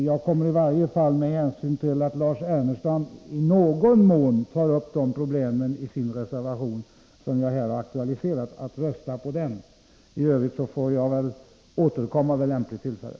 Jag kommer med hänsyn till att Lars Ernestam i någon mån tar upp de problemen i sin reservation, nr 2, att rösta på denna. I övrigt får jag väl återkomma vid lämpligt tillfälle.